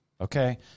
Okay